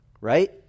right